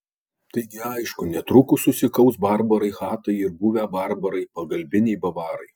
taigi aišku netrukus susikaus barbarai chatai ir buvę barbarai pagalbiniai bavarai